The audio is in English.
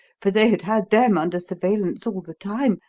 for they had had them under surveillance all the time,